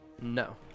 No